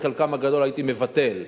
את חלקן הגדול הייתי מבטל,